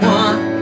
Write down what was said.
one